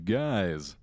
guys